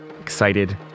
excited